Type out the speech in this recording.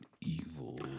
Evil